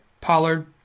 Pollard